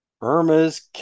Irma's